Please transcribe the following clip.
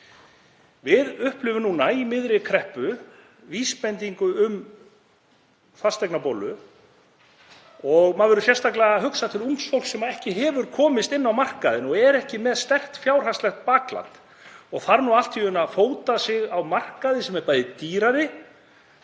Við upplifum núna í miðri kreppu vísbendingu um fasteignabólu. Manni verður sérstaklega hugsað til ungs fólks sem ekki hefur komist inn á markaðinn og er ekki með sterkt fjárhagslegt bakland og þarf nú allt í einu að fóta sig á markaði sem er bæði dýrari,